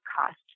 cost